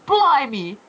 Blimey